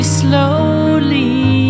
slowly